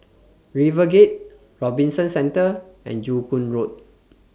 RiverGate Robinson Centre and Joo Koon Road